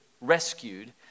Rescued